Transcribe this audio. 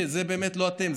שזה באמת לא אתם,